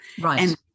right